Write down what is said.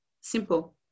simple